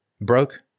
Broke